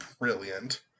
brilliant